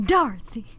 Dorothy